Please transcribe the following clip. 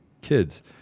kids